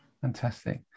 fantastic